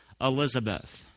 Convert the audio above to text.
Elizabeth